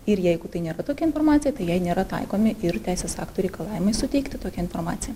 ir jeigu tai nėra tokia informacija tai jai nėra taikomi ir teisės aktų reikalavimai suteikti tokią informaciją